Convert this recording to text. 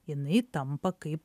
jinai tampa kaip